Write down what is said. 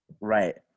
Right